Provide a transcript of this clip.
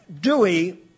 Dewey